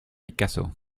picasso